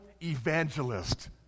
evangelist